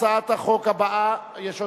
הצעת החוק הבאה, יש הודעה?